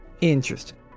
interesting